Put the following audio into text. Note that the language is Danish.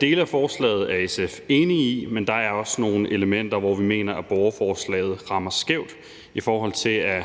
Dele af forslaget er SF enig i, men der er også nogle elementer, hvor vi mener, at borgerforslaget rammer skævt i forhold til